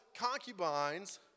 concubines